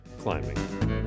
climbing